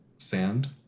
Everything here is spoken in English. Sand